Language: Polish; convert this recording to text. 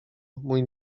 mój